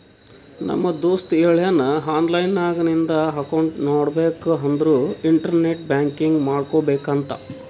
ನಮ್ ದೋಸ್ತ ಹೇಳುನ್ ಆನ್ಲೈನ್ ನಾಗ್ ನಿಂದ್ ಅಕೌಂಟ್ ನೋಡ್ಬೇಕ ಅಂದುರ್ ಇಂಟರ್ನೆಟ್ ಬ್ಯಾಂಕಿಂಗ್ ಮಾಡ್ಕೋಬೇಕ ಅಂತ್